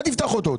אל תפתח אותו,